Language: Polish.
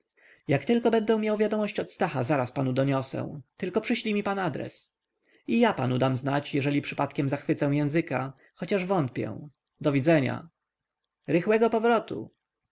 jak tylko będę miał wiadomość od stacha zaraz panu doniosę tylko przyślij mi pan adres i ja panu dam znać jeżeli przypadkiem zachwycę języka chociaż wątpię do widzenia rychłego powrotu